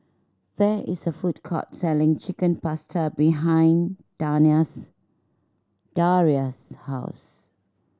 there is a food court selling Chicken Pasta behind Daria's house